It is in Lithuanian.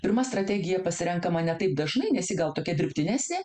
pirma strategija pasirenkama ne taip dažnai nes ji gal tokia dirbtinesnė